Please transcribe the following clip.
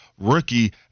rookie